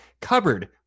cupboard